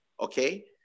Okay